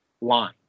Line